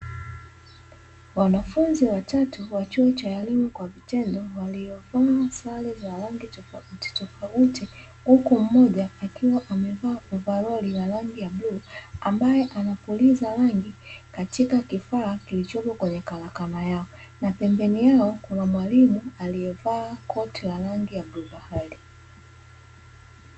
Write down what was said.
Wanafunzi watatu wa chuo cha elimu kwa vitendo waliovaa sare za rangi tofauti tofauti huku mmoja akiwa amevaa ovaroli ya rangi ya bluu ambaye anapuliza rangi katika kifaa kilichopo kwenye karakana yao, na pembeni yao kuna mwalimu aliyevaa koti la rangi ya bluu bahari.